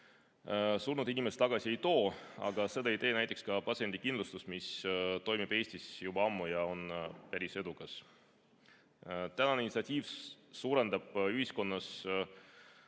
surnud inimest tagasi ei too, aga seda ei tee ka näiteks patsiendikindlustus, mis toimib Eestis juba ammu ja on päris edukas. Tänane initsiatiiv suurendab ühiskonnas